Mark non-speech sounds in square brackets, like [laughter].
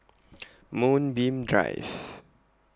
Moonbeam Drive [noise]